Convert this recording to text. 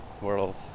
world